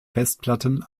festplatten